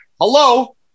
Hello